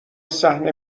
صحنه